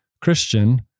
Christian